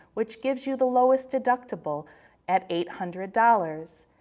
which gives you the lowest deductible at eight hundred dollars.